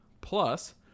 Plus